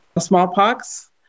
smallpox